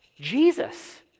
Jesus